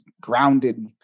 grounded